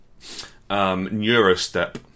Neurostep